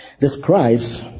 describes